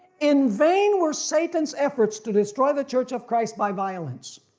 in vain were satan's efforts to destroy the church of christ by violence.